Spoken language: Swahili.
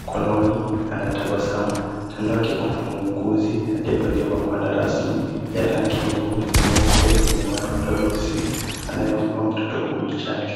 mkononi anatabasamu kando yake kuna muuguzi aliyevalia magwanda rasmi ya rangi nyeupe yenye madoadoa meusi anayempa mtoto huyu chanjo.